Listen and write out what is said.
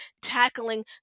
tackling